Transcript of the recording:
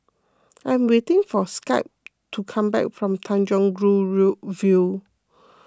I am waiting for Skye to come back from Tanjong Rhu View